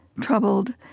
troubled